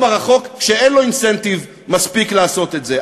הרחוק כשאין לו אינסנטיב מספיק לעשות את זה,